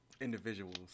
individuals